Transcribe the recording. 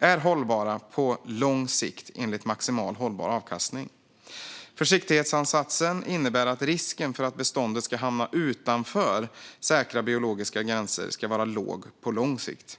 är hållbara på lång sikt enligt maximal hållbar avkastning. Försiktighetsansatsen innebär att risken för att beståndet ska hamna utanför säkra biologiska gränser ska vara låg på lång sikt.